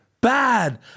bad